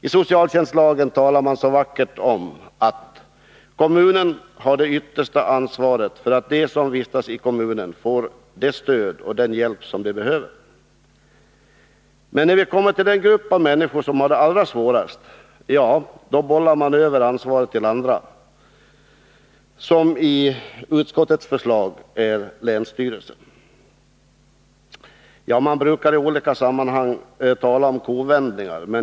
I socialtjänstlagen talar man så vackert om att kommunen har det yttersta ansvaret för att de som vistas i kommunen får det stöd och den hjälp som de behöver. Men när vi kommer till den grupp av människor som har det allra svårast, då bollar man över ansvaret till andra, som i utskottets förslag är länsstyrelsen. Man brukar i olika sammanhang tala om kovändningar.